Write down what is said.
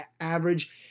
average